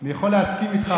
לעשות את זה,